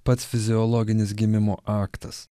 pats fiziologinis gimimo aktas